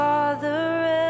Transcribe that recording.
Father